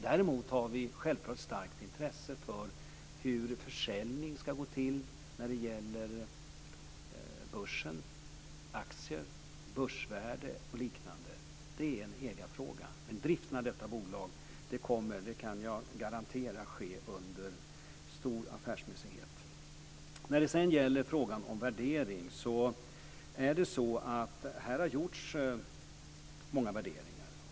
Däremot har vi självklart ett starkt intresse av hur försäljning ska gå till när det gäller börsen, aktier, börsvärde och liknande. Det är en ägarfråga. Men driften av detta bolag kommer, det kan jag garantera, att ske under stor affärsmässighet. Sedan gäller det frågan om värdering. Det har gjorts många värderingar.